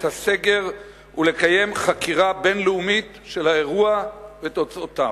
הסגר ולקיים חקירה בין-לאומית של האירוע ותוצאותיו.